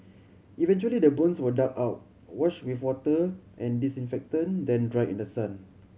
eventually the bones were dug out washed with water and disinfectant then dried in the sun